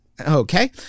Okay